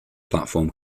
platform